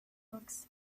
books